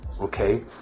Okay